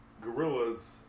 Gorillas